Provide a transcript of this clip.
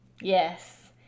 Yes